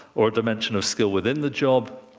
or a dimension of skill within the job,